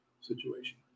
situation